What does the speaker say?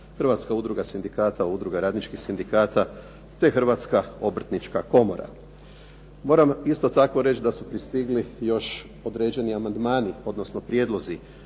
Hrvatska udruga sindikata, Udruga radničkih sindikata te Hrvatska obrtnička komora. Moram isto tako reći da su pristigli još određeni amandmani, odnosno prijedlozi